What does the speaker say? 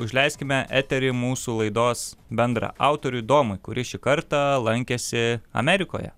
užleiskime eterį mūsų laidos bendraautoriui domui kuris šį kartą lankėsi amerikoje